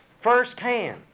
firsthand